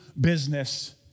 business